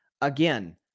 Again